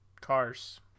cars